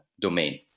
domain